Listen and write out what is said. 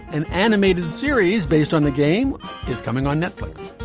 an animated series based on the game is coming on netflix.